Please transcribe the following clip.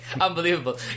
Unbelievable